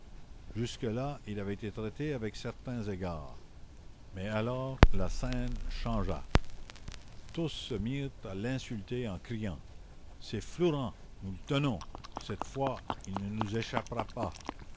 jusque-là il avait été traité avec certains égards mais alors la scène changea tous se mirent à l'insulter en criant c'est flourens nous le tenons cette fois il ne nous échappera pas